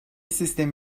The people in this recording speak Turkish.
sistem